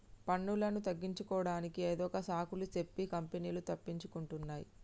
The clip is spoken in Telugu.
పన్నులను తగ్గించుకోడానికి ఏదొక సాకులు సెప్పి కంపెనీలు తప్పించుకుంటున్నాయ్